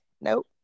nope